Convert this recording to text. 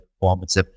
performance